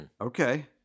Okay